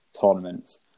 tournaments